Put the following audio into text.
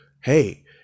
Hey